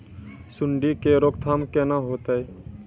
सुंडी के रोकथाम केना होतै?